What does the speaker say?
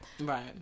Right